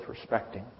respecting